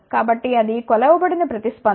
కాబట్టి అది కొలవబడిన ప్రతిస్పందన